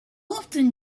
often